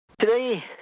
Today